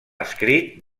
escrit